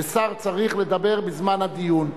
ושר צריך לדבר בזמן הדיון,